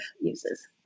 uses